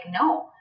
no